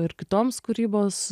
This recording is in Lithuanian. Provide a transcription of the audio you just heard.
ir kitoms kūrybos